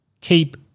keep